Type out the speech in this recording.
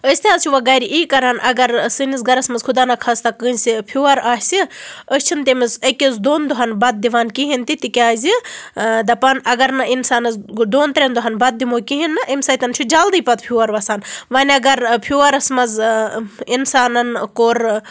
أسۍ تہِ حظ چھِ وۅنۍ گرِ یی کَران اَگَر سٲنِٛس گَرَس مَنٛز خۄداہ نہَ خاستہ کٲنٛسہِ فِوَر آسہِ أسۍ چھِنہٕ تٔمِس أکِس دۄن دۅہَن بَتہٕ دِوان کِہیٖنٛۍ تہِ تِکیٛازِ دَپان اَگَر نہٕ اِنسانَس دۄن ترٛیٚن دۅہَن بَتہٕ دِمو کِہیٖنٛۍ نہٕ امہِ سۭتۍ چھُ جِلدٕے پَتہٕ فِوَر وَسان وۅنۍ اَگَر فِوَرَس مَنٛز اِنسانَن کوٚر